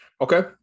okay